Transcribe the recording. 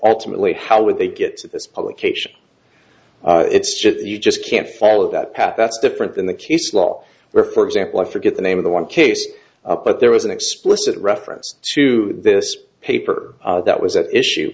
ultimately how would they get this publication it's you just can't follow that path that's different than the case law where for example i forget the name of the one case but there was an explicit reference to this paper that was at issue